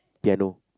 piano